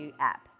app